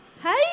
Hey